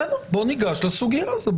בסדר, בואו ניגש לסוגיה הזו.